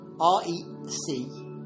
R-E-C